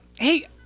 Hey